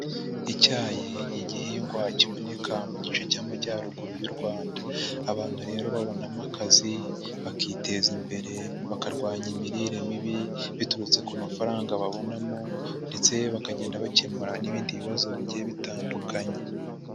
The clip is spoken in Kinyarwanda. Icyayi ni igihingwa kiboneka mu gice cy'Amajyaruguru y'u Rwanda, abantu rero babonamo akazi bakiteza imbere bakarwanya imirire mibi biturutse ku mafaranga babonamo ndetse bakagenda bakemura n'ibindi bibazo bigiye bitandukanye.